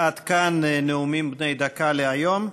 עד כאן נאומים בני דקה להיום.